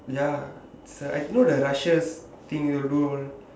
ya it's ah you know the russia's thing you do all